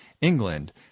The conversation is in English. England